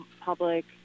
public